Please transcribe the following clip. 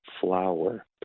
flower